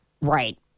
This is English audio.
Right